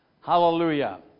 Hallelujah